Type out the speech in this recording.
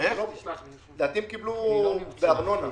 הם קיבלו בארנונה.